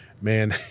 Man